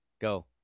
Go